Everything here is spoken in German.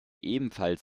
ebenfalls